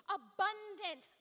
abundant